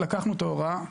לקחנו את ההוראה ואמרנו: